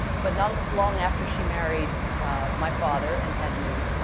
but not long after she married my father and had me,